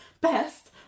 best